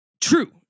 true